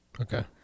Okay